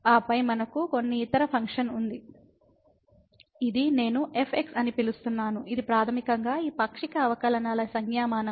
ఆపై మనకు కొన్ని ఇతర ఫంక్షన్ ఉంది ఇది నేను fx అని పిలుస్తున్నాను ఇది ప్రాథమికంగా ఈ పాక్షిక అవకలనల సంజ్ఞామానం